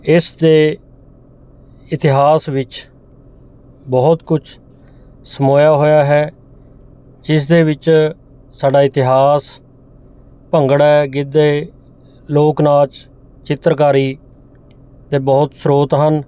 ਇਸ ਦੇ ਇਤਿਹਾਸ ਵਿੱਚ ਬਹੁਤ ਕੁਛ ਸਮਾਇਆ ਹੋਇਆ ਹੈ ਜਿਸਦੇ ਵਿੱਚ ਸਾਡਾ ਇਤਿਹਾਸ ਭੰਗੜਾ ਗਿੱਧੇ ਲੋਕ ਨਾਚ ਚਿੱਤਰਕਾਰੀ ਅਤੇ ਬਹੁਤ ਸਰੋਤ ਹਨ